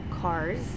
cars